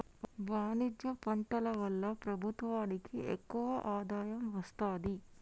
వాణిజ్య పంటల వల్ల ప్రభుత్వానికి ఎక్కువ ఆదాయం వస్తది